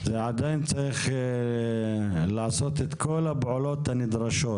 זה עדיין צריך לעשות את כל הפעולות הנדרשות